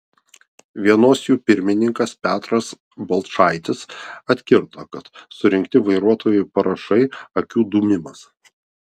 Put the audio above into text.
vienos jų pirmininkas petras balčaitis atkirto kad surinkti vairuotojų parašai akių dūmimas